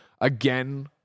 again